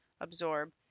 absorb